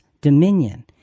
dominion